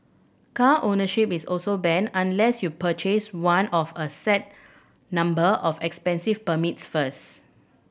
car ownership is also banned unless you purchase one of a set number of expensive permits first